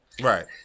Right